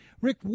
Rick